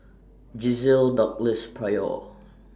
Gisele Douglas Pryor